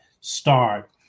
start